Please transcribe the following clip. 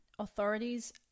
Authorities